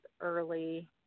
early